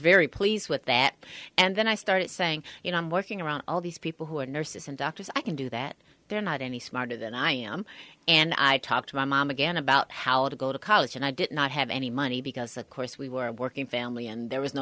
very pleased with that and then i started saying you know i'm working around all these people who are nurses and doctors i can do that they're not any smarter than i am and i talked to my mom again about how to go to college and i did not have any money because of course we were a working family and there was no